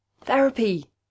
Therapy